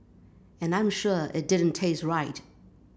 and I'm sure it didn't taste right